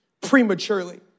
prematurely